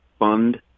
fund